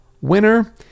winner